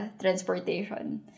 transportation